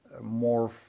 more